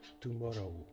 Tomorrow